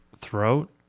throat